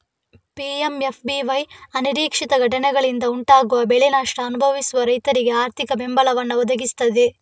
PMFBY ಅನಿರೀಕ್ಷಿತ ಘಟನೆಗಳಿಂದ ಉಂಟಾಗುವ ಬೆಳೆ ನಷ್ಟ ಅನುಭವಿಸುವ ರೈತರಿಗೆ ಆರ್ಥಿಕ ಬೆಂಬಲವನ್ನ ಒದಗಿಸ್ತದೆ